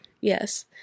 Yes